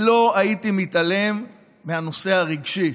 לא הייתי מתעלם מהנושא הרגשי,